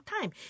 time